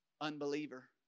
unbeliever